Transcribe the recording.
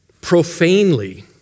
profanely